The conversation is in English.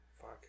Fuck